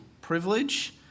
privilege